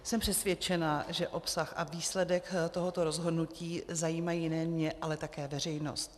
Jsem přesvědčena, že obsah a výsledek tohoto rozhodnutí zajímají nejen mě, ale také veřejnost.